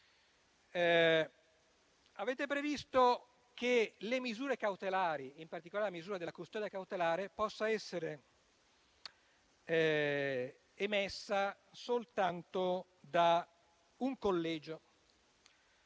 Avete previsto che le misure cautelari, in particolare la misura della custodia cautelare possa essere emessa soltanto da un collegio.